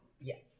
Yes